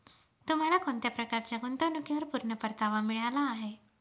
तुम्हाला कोणत्या प्रकारच्या गुंतवणुकीवर पूर्ण परतावा मिळाला आहे